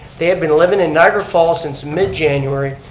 they have been living in niagara falls since mid-january,